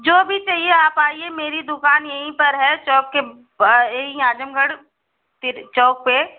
जो भी चाहिए आप आइए मेरी दुकान यहीं पर है चौक के यहीं आजमगढ़ चौक पे